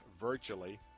virtually